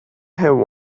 have